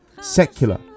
secular